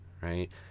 Right